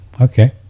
okay